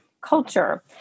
culture